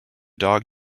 dog